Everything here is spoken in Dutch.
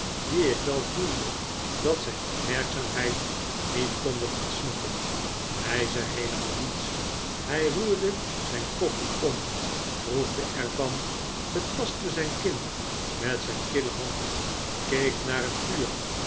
die ik wel voelde dat zijn opmerkzaamheid niet konden ontsnappen hij zei heelemaal niets hij roerde zijn koffie om proefde er even van betastte zijn kin met zijn kille hand keek naar het vuur